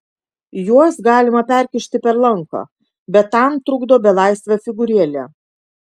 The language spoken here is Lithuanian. juos galima perkišti per lanką bet tam trukdo belaisvio figūrėlė